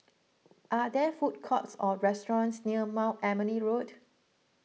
are there food courts or restaurants near Mount Emily Road